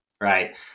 right